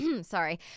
sorry